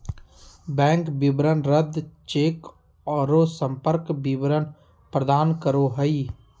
bank विवरण रद्द cheque औरो संपर्क विवरण प्रदान करो हइ